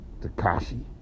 Takashi